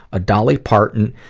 a dolly parton,